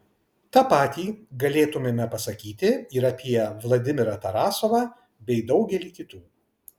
tą patį galėtumėme pasakyti ir apie vladimirą tarasovą bei daugelį kitų